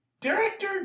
Director